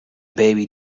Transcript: baby